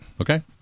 Okay